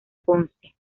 ponce